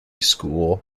school